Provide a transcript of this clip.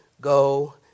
go